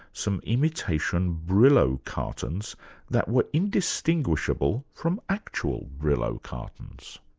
some imitation brillo cartons that were indistinguishable from actual brillo cartons.